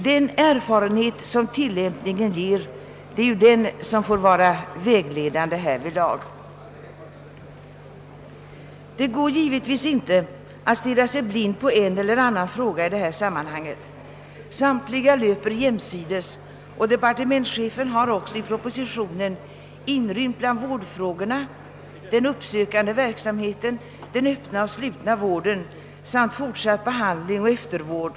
Den erfarenhet som tillämpningen ger får vara vägledande härvidlag. Det går givetvis inte att stirra sig blind på en eller annan fråga i detta sammanhang. Samtliga löper jämsides, och departementschefen har också i propositionen bland vårdfrågorna inrymt den uppsökande verksamheten, den öppna och slutna vården samt fortsatt behandling och eftervård.